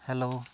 hello